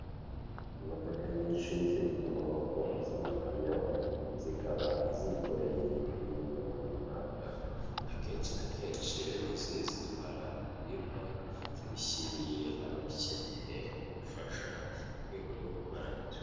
Imodoka nyinshi ziri ku murongo z'amakamyo, zikaba zikoreye ibintu runaka, akenshi na kenshi bene izi zitwara ibiribwa, zibishyiriye ababikeneye nk'ubufasha mu rwego rwo kubaramira.